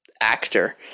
actor